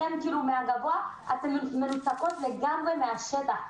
אתן שנמצאות גבוה מנותקות לגמרי מהשטח.